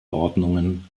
ordnungen